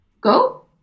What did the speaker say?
Go